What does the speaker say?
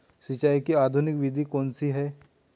सिंचाई की आधुनिक विधि कौन सी है?